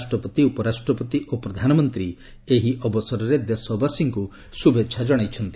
ରାଷ୍ଟ୍ରପତି ଉପରାଷ୍ଟ୍ରପତି ଓ ପ୍ରଧାନମନ୍ତ୍ରୀ ଇଦ୍ ଅବସରରେ ଦେଶବାସୀଙ୍କୁ ଶୁଭେଚ୍ଛା ଜଣାଇଚ୍ଚନ୍ତି